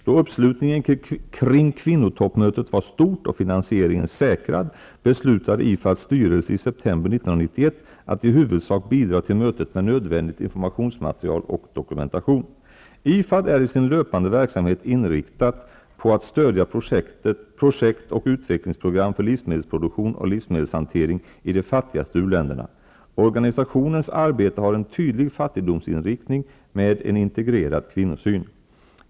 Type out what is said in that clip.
Då uppslutningen kring kvinno toppmötet var stort och finansieringen säkrad, beslutade IFAD:s styrelse i september 1991 att i huvudsak bidra till mötet med nödvändigt informations material och dokumentation. IFAD är i sin löpande verksamhet inriktat på att stödja projekt och utveck lingsprogram för livsmedelsproduktion och livsmedelshantering i de fatti gaste u-länderna. Organisationens arbete har en tydlig fattigdomsinriktning med en integrerad kvinnosyn.